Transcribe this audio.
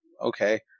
Okay